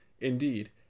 Indeed